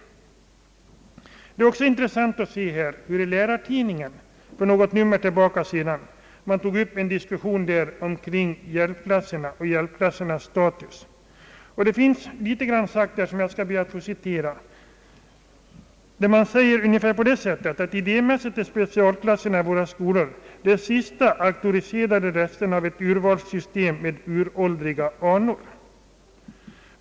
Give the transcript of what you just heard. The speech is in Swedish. Det är också intressant att notera att Lärartidningen på ett framträdande sätt tagit upp en diskussion om hjälpklasserna och deras status. Man uttalade därvid att specialklasserna i våra skolor idémässigt är de sista auktoriserade resterna av ett urvalssystem med uråldriga anor.